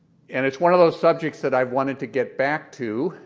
and it's one of those subjects that i wanted to get back to,